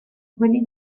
quelli